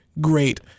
Great